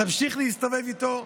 תמשיך להסתובב איתו,